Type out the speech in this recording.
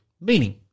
meaning